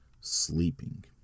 sleeping